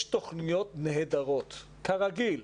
יש תוכניות נהדרות, כרגיל.